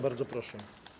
Bardzo proszę.